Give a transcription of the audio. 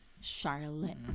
Charlotte